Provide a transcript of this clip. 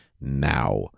now